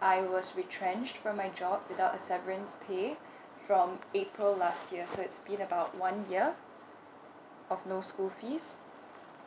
I was retrenched from my job without severance pay from april last year so it's been about one year of no school fees